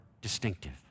distinctive